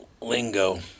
lingo